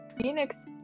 Phoenix